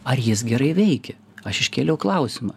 ar jis gerai veikia aš iškėliau klausimą